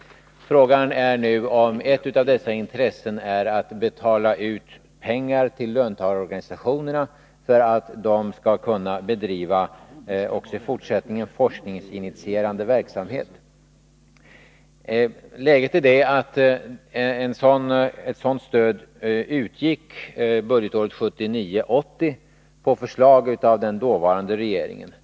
Frågan är nu om ett av dessa intressen är att betala ut pengar till löntagarorganisationerna för att de skall kunna bedriva forskningsinitierande verksamhet också i fortsättningen. Läget är det att ett sådant stöd utgick budgetåret 1979/80 på förslag av den dåvarande regeringen.